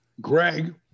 Greg